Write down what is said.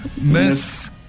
Miss